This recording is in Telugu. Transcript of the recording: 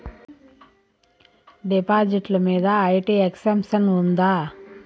డిపాజిట్లు మీద ఐ.టి ఎక్సెంప్షన్ ఉందా?